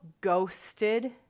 ghosted